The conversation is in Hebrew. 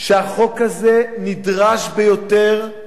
שהחוק הזה נדרש ביותר.